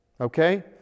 okay